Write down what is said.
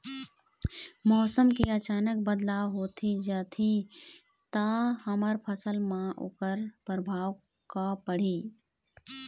मौसम के अचानक बदलाव होथे जाथे ता हमर फसल मा ओकर परभाव का पढ़ी?